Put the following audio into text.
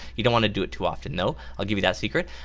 you don't want to do it too often though. i'll give you that secret.